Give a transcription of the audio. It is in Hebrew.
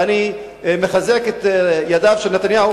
ואני מחזק את ידיו של נתניהו,